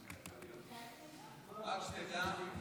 רק שתדע,